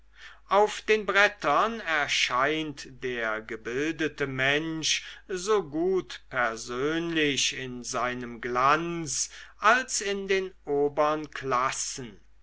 auf den brettern erscheint der gebildete mensch so gut persönlich in seinem glanz als in den obern klassen